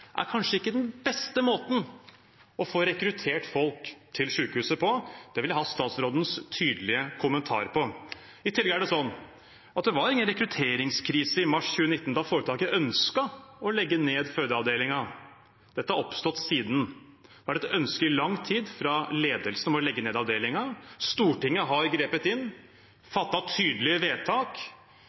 er kanskje ikke den beste måten å få rekruttert folk til sykehuset på. Det vil jeg ha statsrådens tydelige kommentar på. I tillegg er det sånn at det ikke var noen rekrutteringskrise i mars 2019, da foretaket ønsket å legge ned fødeavdelingen. Dette har oppstått siden. Det har i lang tid vært et ønske fra ledelsen om å legge ned avdelingen. Stortinget har grepet inn, fattet tydelige vedtak,